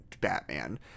Batman